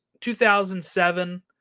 2007